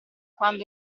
quando